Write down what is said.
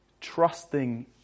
Trusting